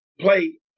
play